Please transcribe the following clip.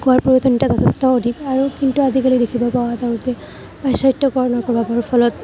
কোৱাৰ প্ৰয়োজনীয়তা যথেষ্ট অধিক আৰু কিন্তু আজিকালি দেখিব পোৱা গৈছে আচলতে পাশ্চাত্যকৰণৰ প্ৰভাৱৰ ফলত